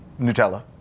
Nutella